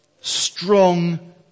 strong